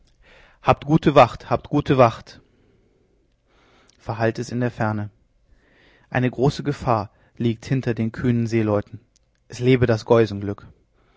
gute wacht habt gute wacht verhallt es in der ferne eine große gefahr liegt hinter den kühnen seeleuten es lebe das